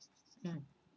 mm